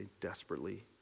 desperately